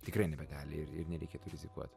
tikrai nebegali ir ir nereikėtų rizikuot